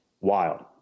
Wild